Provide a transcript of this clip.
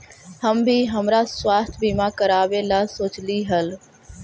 हम भी हमरा स्वास्थ्य बीमा करावे ला सोचली हल